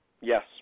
Yes